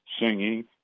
singing